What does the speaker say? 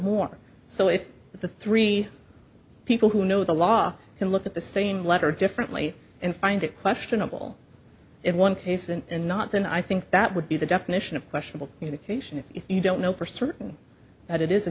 more so if the three people who know the law can look at the same letter differently and find it questionable if one case and not then i think that would be the definition of questionable communication if you don't know for certain that it is a